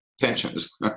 pensions